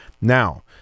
Now